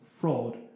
fraud